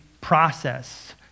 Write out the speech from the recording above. process